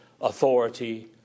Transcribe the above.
authority